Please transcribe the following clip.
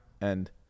and-